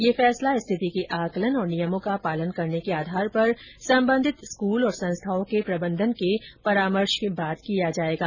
यह फैसला स्थिति के आकलन और नियमों का पालन करने के आधार पर संबंधित स्कूल और संस्थाओं के प्रबंधन के परामर्श के बाद किया जाएगा